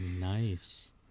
nice